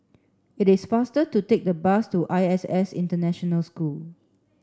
it is faster to take the bus to I S S International School